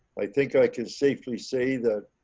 i think i can safely say that